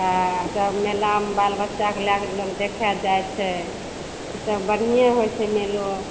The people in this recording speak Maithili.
हँ सब मेलामे बालबच्चा कऽ लऽ कऽ लोग देखे जाइ छै ई सब बढ़िएँ होइ छै मेलो